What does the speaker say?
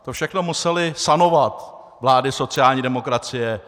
To všechno musely sanovat vlády sociální demokracie.